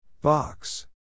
Box